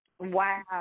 wow